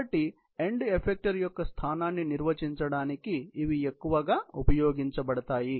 కాబట్టి end effector యొక్క స్థానాన్ని నిర్వచించడానికి ఇవి ఎక్కువగా ఉపయోగించబడతాయి